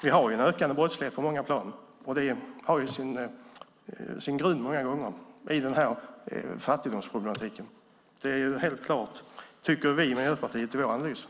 Vi har en ökande brottslighet på många plan, och det har många gånger sin grund i denna fattigdomsproblematik. Vi i Miljöpartiet tycker i vår analys att det är helt klart.